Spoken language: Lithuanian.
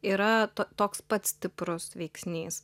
yra toks pats stiprus veiksnys